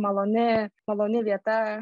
maloni maloni vieta